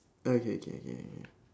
okay okay okay okay okay